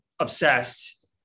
obsessed